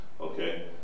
okay